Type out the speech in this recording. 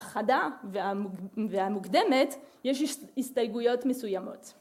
החדה והמוקדמת יש הסתייגויות מסוימות